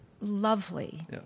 lovely